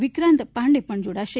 વિક્રાંત પાંડે જોડાશે